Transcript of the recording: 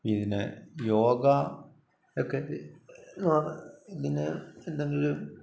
പിന്നെ യോഗ ഒക്കെ ഇതിന് എന്തെങ്കിലും